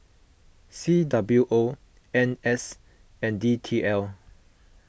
C W O N S and D T L